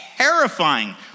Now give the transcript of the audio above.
Terrifying